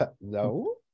No